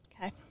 Okay